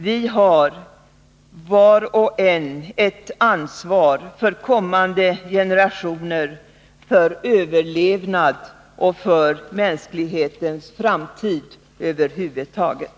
Vi har var och en ett ansvar för kommande generationer, för överlevnad och mänsklighetens framtid över huvud taget.